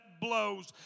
blows